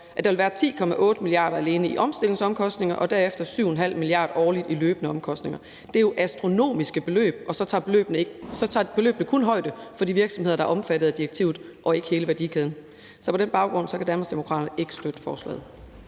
at der vil være 10,8 mia. kr. alene i omstillingsomkostninger og derefter 7,5 mia. kr. årligt i løbende omkostninger. Det er jo astronomiske beløb, og så tager de kun højde for de virksomheder, der er omfattet af direktivet, og ikke hele værdikæden. Så på den baggrund kan Danmarksdemokraterne ikke støtte forslaget.